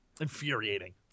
Infuriating